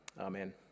Amen